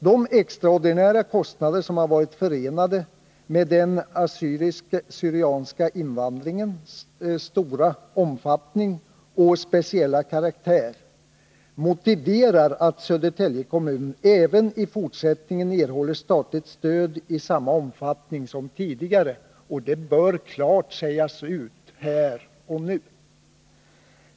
De extraordinära kostnader som har varit förenade med den assyriska/ syrianska invandringens stora omfattning och speciella karaktär motiverar att Södertälje kommun även i fortsättningen erhåller statligt stöd i samma utsträckning som tidigare, och det bör klart sägas ut här och nu.